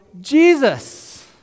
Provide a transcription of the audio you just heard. Jesus